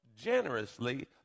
generously